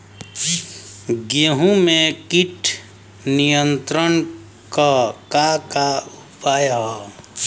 गेहूँ में कीट नियंत्रण क का का उपाय ह?